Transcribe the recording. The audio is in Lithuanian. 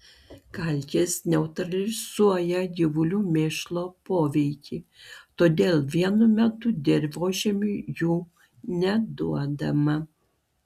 kalkės neutralizuoja gyvulių mėšlo poveikį todėl vienu metu dirvožemiui jų neduodama